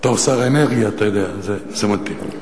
בתור שר האנרגיה, אתה יודע, זה, תודה.